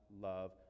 love